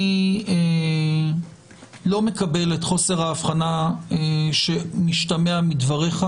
אני לא מקבל את חוסר ההבחנה שמשתמע מדבריך